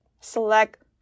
select